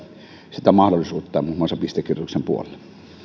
sitä mahdollisuutta muun muassa pistekirjoituksen puolelle